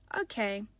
Okay